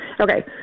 okay